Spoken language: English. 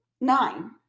Nine